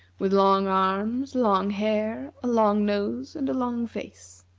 with long arms, long hair, a long nose, and a long face.